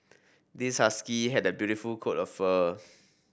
this husky has a beautiful coat of fur